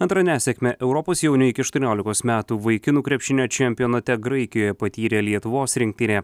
antrą nesėkmę europos jaunių iki aštuoniolikos metų vaikinų krepšinio čempionate graikijoje patyrė lietuvos rinktinė